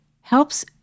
helps